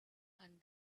and